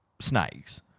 snakes